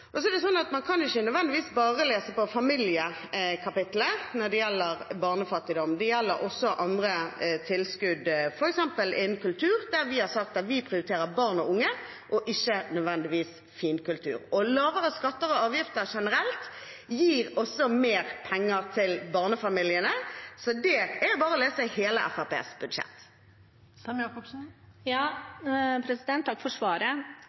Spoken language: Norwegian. det er også andre tilskudd, f.eks. innen kultur, der vi har sagt at vi prioriterer barn og unge, og ikke nødvendigvis finkultur. Lavere skatter og avgifter generelt gir også mer penger til barnefamiliene. – Så det er bare å lese hele Fremskrittspartiets budsjett. Takk for svaret.